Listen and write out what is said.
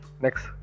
next